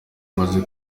amaze